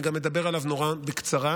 אני גם אדבר עליו נורא בקצרה: